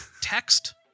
text